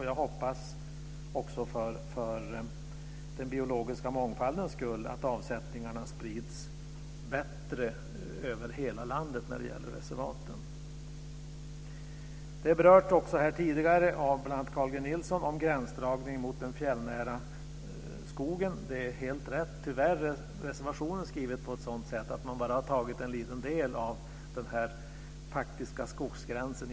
Jag hoppas, också för den biologiska mångfaldens skull, att avsättningarna sprids bättre över hela landet när det gäller reservaten. Carl G Nilsson, bl.a., har tidigare berört gränsdragningen mot den fjällnära skogen. Det är helt rätt. Tyvärr är reservationen skriven på ett sådant sätt att man bara har tagit med en liten del av den faktiska skogsgränsen.